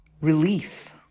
Relief